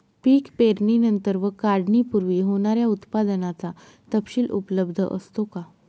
पीक पेरणीनंतर व काढणीपूर्वी होणाऱ्या उत्पादनाचा तपशील उपलब्ध असतो का?